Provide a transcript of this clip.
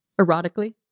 Erotically